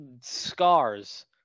scars